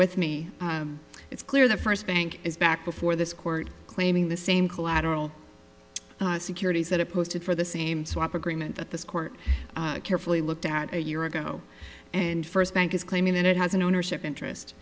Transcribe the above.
with me it's clear the first bank is back before this court claiming the same collateral securities that it posted for the same swap agreement that this court carefully looked at a year ago and first bank is claiming that it has an ownership interest